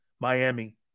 Miami